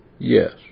Yes